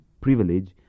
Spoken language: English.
privilege